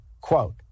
Quote